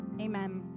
Amen